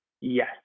Yes